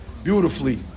beautifully